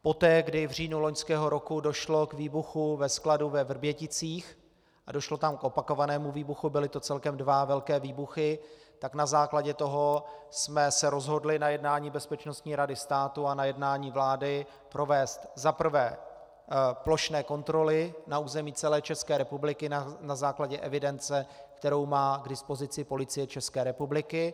Poté, kdy v říjnu loňského roku došlo k výbuchu ve skladu ve Vrběticích, a došlo tam k opakovanému výbuchu, byly to celkem dva velké výbuchy, tak na základě toho jsme se rozhodli na jednání Bezpečnostní rady státu a na jednání vlády provést za prvé plošné kontroly na území celé České republiky na základě evidence, kterou má k dispozici Policie České republiky.